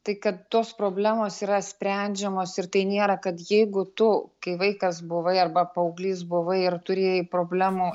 tai kad tos problemos yra sprendžiamos ir tai nėra kad jeigu tu kai vaikas buvai arba paauglys buvai ir turėjai problemų